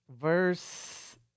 Verse